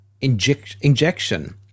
injection